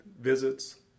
visits